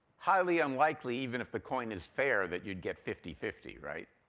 highly unlikely even if the coin is fair that you'd get fifty fifty, right?